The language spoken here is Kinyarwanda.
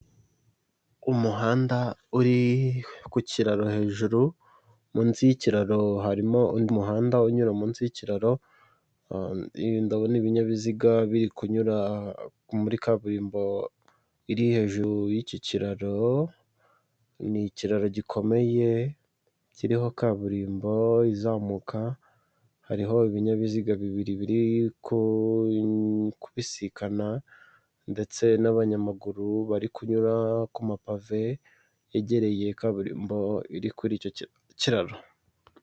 Umuhanda uri ku kiraro hejuru, munsi y'ikiraro harimo undi muhanda unyura munsi y'ikiraro, ndabona ibinyabiziga biri kunyura muri kaburimbo iri hejuru y'iki kiraro, ni ikiraro gikomeye kiriho kaburimbo izamuka, hariho ibinyabiziga bibiri biri kubisikana ndetse n'abanyamaguru bari kunyura ku mapave yegereye kaburimbo iri kuri icyo kiraro.